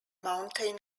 mountain